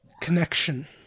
connection